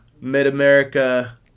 Mid-America